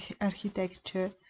architecture